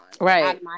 right